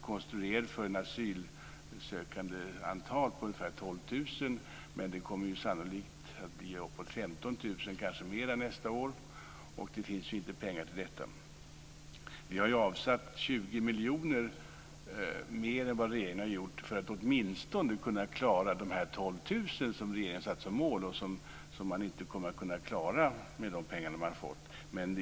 konstruerad för asylsökarantal på ungefär 12 000, men det kommer sannolikt att bli upp emot 15 000, kanske mer, nästa år. Det finns inte pengar till detta. Vi har avsatt 20 miljoner mer än vad regeringen gjort för att åtminstone kunna klara dessa 12 000 som regeringen satt som mål och som man inte kommer att klara med de pengar som man har fått.